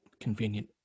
convenient